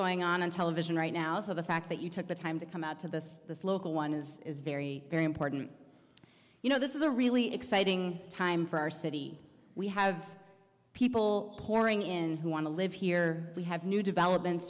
going on in television right now so the fact that you took the time to come out to the local one is is very very important you know this is a really exciting time for our city we have people pouring in who want to live here we have new developments